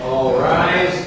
all right